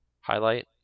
highlight